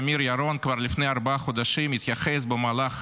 אמיר ירון כבר לפני ארבעה חודשים התייחס במהלך